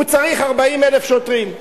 הוא צריך 40,000 שוטרים.